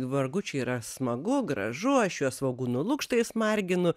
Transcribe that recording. vargučiai yra smagu gražu aš juos svogūnų lukštais marginu